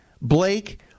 Blake